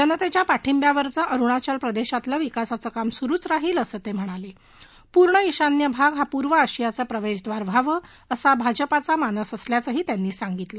जनतेच्या पाठिंबाव्यावरचं अरुणाचल प्रदेशातील विकासाचं काम सुरुच राहील असं ते म्हणाले पूर्ण ईशान्य भाग हा पूर्व आशियाचं प्रवेशद्वार व्हावं असा भाजपाचा मानस असल्याचंही त्यांनी सांगितलं